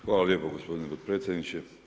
Hvala lijepo gospodine potpredsjedniče.